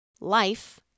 Life